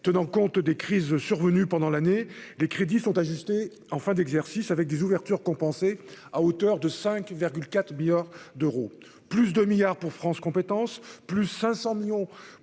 tenir compte des crises survenues pendant l'année, les crédits sont ajustés en fin d'exercice, avec des ouvertures compensées à hauteur de 5,4 milliards d'euros : +2 milliards d'euros pour France compétences ; +500 millions d'euros pour le